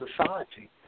society